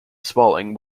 spaulding